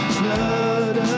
blood